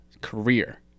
career